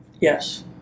Yes